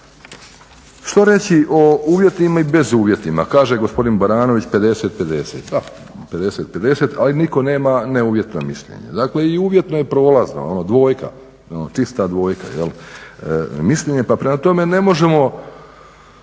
Što reći o uvjetima i bezuvjetima, kaže gospodin Baranović, 50:50. Da, 50:50, ali nitko nema neuvjetna mišljenja, dakle i uvjetno je prolazno, ono dvojka, čista dvojka. Mislim, pa prema tome ne možemo